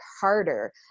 harder